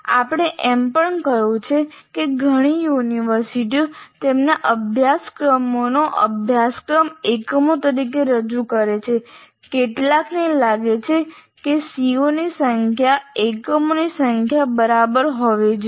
આપણે એમ પણ કહ્યું છે કે ઘણી યુનિવર્સિટીઓ તેમના અભ્યાસક્રમનો અભ્યાસક્રમ એકમો તરીકે રજૂ કરે છે કેટલાકને લાગે છે કે CO ની સંખ્યા એકમોની સંખ્યા બરાબર હોવી જોઈએ